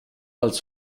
als